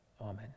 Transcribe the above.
Amen